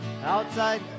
outside